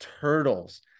turtles